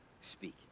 speak